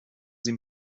sie